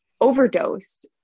overdosed